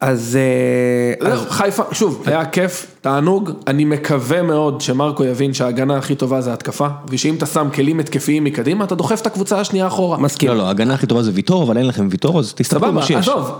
אז חיפה, שוב, היה כיף, תענוג, אני מקווה מאוד שמרקו יבין שההגנה הכי טובה זה התקפה, ושאם אתה שם כלים התקפיים מקדימה, אתה דוחף את הקבוצה השנייה אחורה, מסכים? לא, לא, ההגנה הכי טובה זה ויתורו, אבל אין לכם ויתורו אז תסתפקו במה שיש.